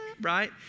right